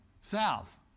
South